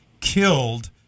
killed